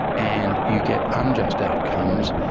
and you get unjust outcomes,